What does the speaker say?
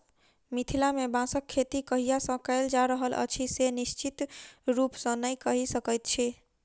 मिथिला मे बाँसक खेती कहिया सॅ कयल जा रहल अछि से निश्चित रूपसॅ नै कहि सकैत छी